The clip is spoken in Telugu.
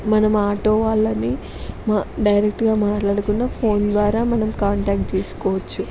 మనం ఆటో వాళ్ళని మ డైరెక్ట్గా మాట్లాడకుండా ఫోన్ ద్వారా మనం కాంటాక్ట్ చేసుకోవచ్చు